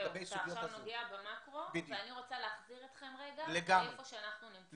אתה עכשיו נוגע במקרו ואני רוצה להחזיר אתכם לאיפה שאנחנו נמצאים.